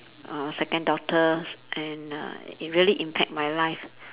uh second daughter and uh it really impact my life